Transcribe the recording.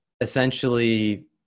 essentially